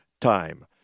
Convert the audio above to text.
time